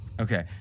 Okay